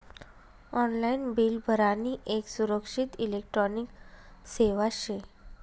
online bill भरानी येक सुरक्षित इलेक्ट्रॉनिक सेवा शे